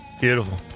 Beautiful